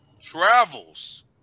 travels